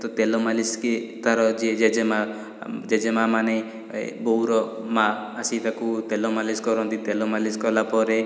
ତ ତେଲ ମାଲିସ୍ କିଏ ତାର ଯିଏ ଜେଜେମା ଜେଜେମା ମାନେ ବୋଉର ମା ଆସି ତାକୁ ତେଲ ମାଲିସ୍ କରନ୍ତି ତେଲ ମାଲିସ୍ କଲାପରେ